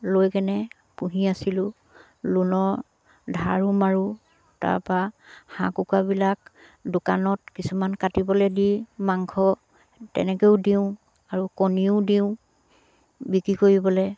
লৈ কেনে পুহি আছিলোঁ লোনৰ ধাৰো মাৰোঁ তাৰ পা হাঁহ কুকুৰাবিলাক দোকানত কিছুমান কাটিবলে দি মাংস তেনেকেও দিওঁ আৰু কণীও দিওঁ বিক্ৰী কৰিবলে